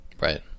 Right